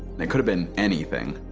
and it could've been anything.